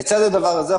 לצד הדבר הזה,